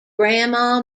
grandma